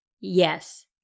Yes